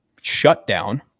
shutdown